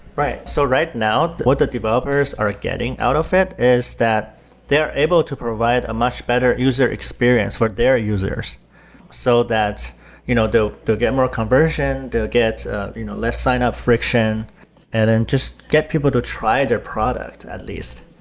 right. so right now what the developers are getting out of it is that they're able to provide a much better user experience for their users so that you know they'll get more conversion, they'll get you know less signup friction and then and just get people to try their product at least.